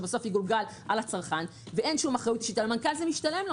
שיגולגל בסוף על הצרכן ואין שום אחריות למנכ"ל זה משתלם.